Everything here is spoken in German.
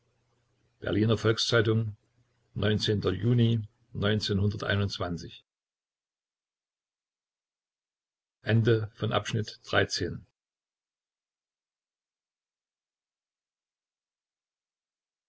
berliner volks-zeitung juni